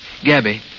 Gabby